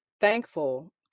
thankful